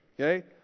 Okay